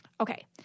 Okay